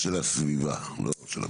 חבר של הסביבה, לא רק של המשרד.